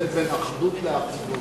יש הבדל בין אחדות לאחידות.